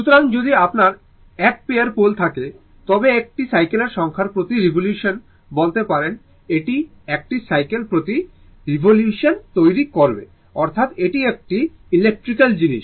সুতরাং যদি আপনার 1 পেয়ার পোলে থাকে তবে এটি সাইকেলের সংখ্যার প্রতি রিভলিউশন বলতে পারেন এটি 1 টি সাইকেল প্রতি রিভলিউশন তৈরি করবে অর্থাৎ এটি একটি ইলেকট্রিক্যাল জিনিস